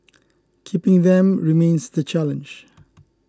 keeping them remains the challenge